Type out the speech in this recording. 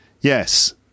Yes